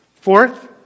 Fourth